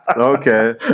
Okay